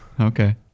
okay